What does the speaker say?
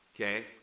okay